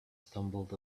stumbled